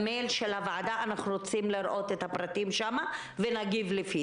אנחנו רוצים לראות את הפרטים ונגיב לפי זה.